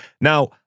Now